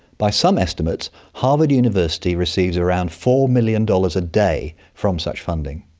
by some estimates, harvard university receives around four million dollars a day from such funding.